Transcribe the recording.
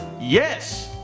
Yes